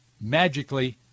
magically